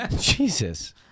Jesus